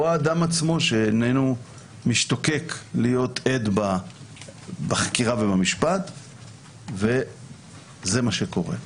או שהאדם עצמו איננו משתוקק להיות עד בחקירה ובמשפט וזה מה שקורה.